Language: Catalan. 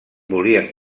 volien